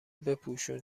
بپوشون